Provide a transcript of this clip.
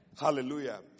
Hallelujah